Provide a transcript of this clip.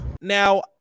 Now